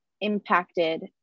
impacted